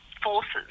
forces